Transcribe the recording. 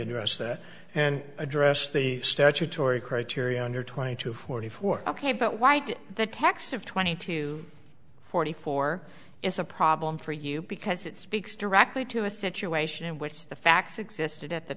address that and address the statutory criteria under twenty two forty four ok but why did the text of twenty two forty four is a problem for you because it speaks directly to a situation in which the facts existed at the